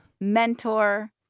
mentor